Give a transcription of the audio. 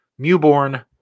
Mewborn